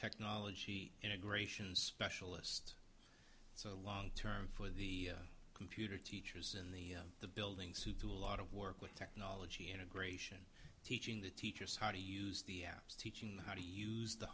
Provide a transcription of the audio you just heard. technology integration specialists so long term for the computer teachers in the the buildings who do a lot of work with technology integration teaching the teachers how to use the apps teaching them how to use the